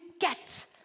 get